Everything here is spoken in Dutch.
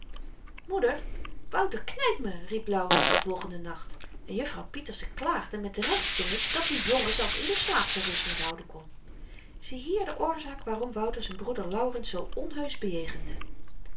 moeder wouter knypt me riep laurens den volgenden nacht en jufvrouw pieterse klaagde met recht vind ik dat die jongen zelfs in den slaap z'n rust niet houden kon ziehier de oorzaak waarom wouter z'n broeder laurens zoo onheusch bejegende